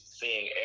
seeing